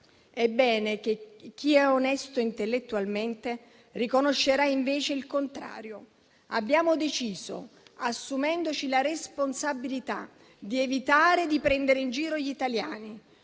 Ebbene, chi è onesto intellettualmente riconoscerà invece il contrario. Abbiamo deciso, assumendocene la responsabilità, di evitare di prendere in giro gli italiani